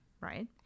Right